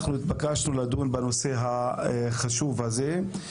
אנחנו התבקשנו לדון בנושא החשוב הזה.